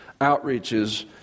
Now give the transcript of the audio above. outreaches